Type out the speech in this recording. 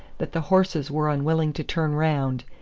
that the horses were unwilling to turn round,